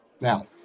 Now